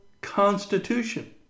constitution